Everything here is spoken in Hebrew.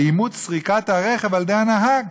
לאימות סריקת הרכב על-ידי הנהג.